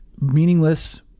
meaningless